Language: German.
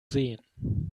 sehen